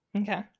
Okay